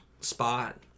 spot